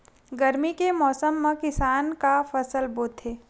गरमी के मौसम मा किसान का फसल बोथे?